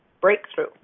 Breakthrough